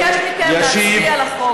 ישיב, אני מבקשת מכם להצביע לחוק.